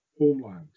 homeland